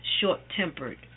short-tempered